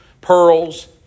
pearls